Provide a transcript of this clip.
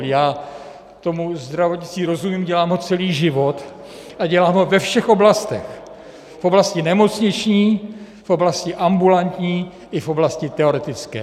Já tomu zdravotnictví rozumím, dělám ho celý život a dělám ho ve všech oblastech, v oblasti nemocniční, v oblasti ambulantní i v oblasti teoretické.